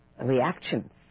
reactions